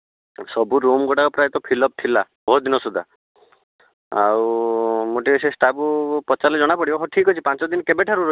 ସବୁ ରୁମ୍ ଗୁଡ଼ା ପ୍ରାୟତଃ ଫିଲ ଅପ୍ ଥିଲା ବହୁତଦିନ ସୁଦ୍ଧା ଆଉ ମୁଁ ଟିକିଏ ସେ ଷ୍ଟାଫ୍ ଙ୍କୁ ପଚାରିଲେ ଜଣାପଡ଼ିବ ହେଉ ଠିକ୍ ଅଛି ପାଞ୍ଚଦିନ କେବେ ଠାରୁ ରହିବ